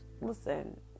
listen